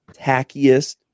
tackiest